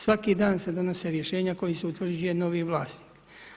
Svaki dan se donose rješenja kojim se utvrđuje novi vlasnik.